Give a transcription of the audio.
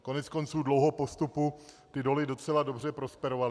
Koneckonců dlouho po vstupu ty doly docela dobře prosperovaly.